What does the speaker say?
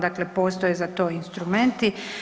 Dakle, postoje za to instrumenti.